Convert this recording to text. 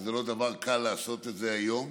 שזה לא דבר קל לעשות היום,